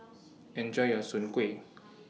Enjoy your Soon Kuih